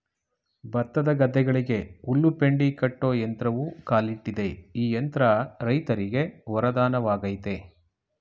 ಭತ್ತದ ಗದ್ದೆಗಳಿಗೆ ಹುಲ್ಲು ಪೆಂಡಿ ಕಟ್ಟೋ ಯಂತ್ರವೂ ಕಾಲಿಟ್ಟಿದೆ ಈ ಯಂತ್ರ ರೈತರಿಗೆ ವರದಾನವಾಗಯ್ತೆ